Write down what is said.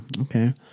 Okay